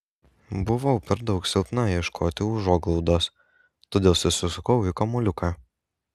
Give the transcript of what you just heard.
buvau per daug silpna ieškoti užuoglaudos todėl susisukau į kamuoliuką